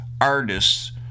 artists